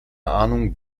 ahnung